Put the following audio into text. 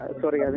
sorry